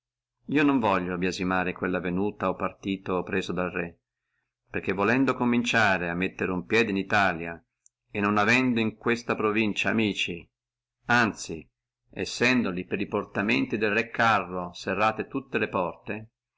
io non voglio biasimare questo partito preso dal re perché volendo cominciare a mettere uno piè in italia e non avendo in questa provincia amici anzi sendoli per li portamenti del re carlo serrate tutte le porte